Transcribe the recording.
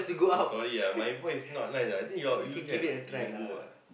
sorry ah my voice not nice ah I think you can ah you can go ah